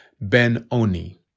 Ben-Oni